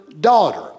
daughter